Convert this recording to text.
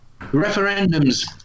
Referendums